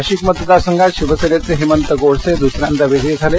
नाशिक मतदार संघात शिवसेनेचे हेमंत गोडसे दुसऱ्यांदा विजयी झाले